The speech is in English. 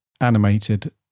animated